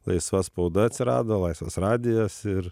laisva spauda atsirado laisvas radijas ir